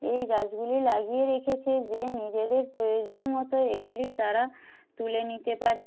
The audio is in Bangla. এই গাছগুলি লাগিয়ে রেখেছে যে নিজেদের প্রয়োজন মতো এগুলি তারা তুলে নিতে পারে